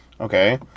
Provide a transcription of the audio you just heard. Okay